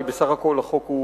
כי בסך הכול החוק,